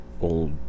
old